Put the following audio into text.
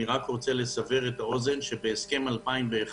אני רוצה לסבר את האוזן שבהסכם 2011